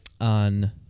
on